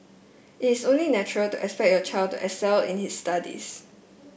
it is only natural to expect your child excel in his studies